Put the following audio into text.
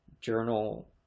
journal